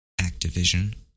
Activision